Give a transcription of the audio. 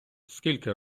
скільки